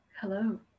hello